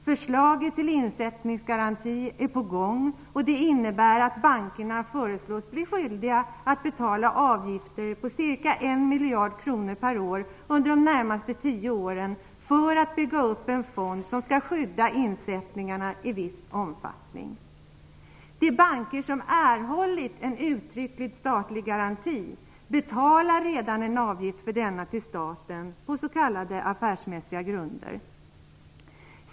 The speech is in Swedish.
Förslaget till insättningsgaranti är på gång, vilket innebär att bankerna föreslås bli skyldiga att betala avgifter på ca 1 miljard kronor per år under de närmaste tio åren för att bygga upp en fond som skall skydda insättningarna i viss omfattning. De banker som erhållit en uttrycklig statlig garanti betalar redan en avgift för denna till staten på s.k. affärsmässiga grunder.